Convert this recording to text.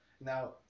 Now